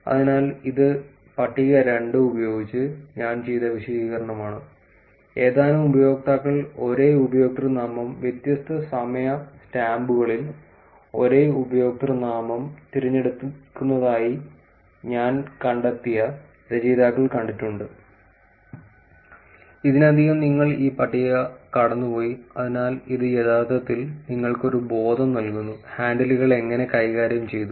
അതിനാൽ ഇത് പട്ടിക രണ്ട് ഉപയോഗിച്ച് ഞാൻ ചെയ്ത വിശദീകരണമാണ് ഏതാനും ഉപയോക്താക്കൾ ഒരേ ഉപയോക്തൃനാമം വ്യത്യസ്ത സമയ സ്റ്റാമ്പുകളിൽ ഒരേ ഉപയോക്തൃനാമം തിരഞ്ഞെടുക്കുന്നതായി ഞാൻ കണ്ടെത്തിയ രചയിതാക്കൾ കണ്ടെത്തിയിട്ടുണ്ട് ഇതിനകം നിങ്ങൾ ഈ പട്ടിക കടന്നുപോയി അതിനാൽ ഇത് യഥാർത്ഥത്തിൽ നിങ്ങൾക്ക് ഒരു ബോധം നൽകുന്നു ഹാൻഡിലുകൾ എങ്ങനെ കൈകാര്യം ചെയ്തു